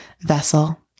vessel